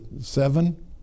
seven